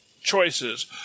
choices